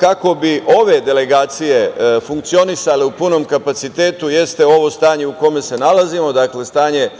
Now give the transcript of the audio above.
kako bi ove delegacije funkcionisale u punom kapacitetu jeste ovo stanje u kome se nalazimo, dakle stanje